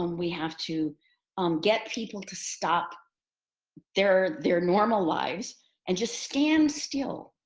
um we have to get people to stop their their normal lives and just stand still.